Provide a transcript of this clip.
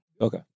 Okay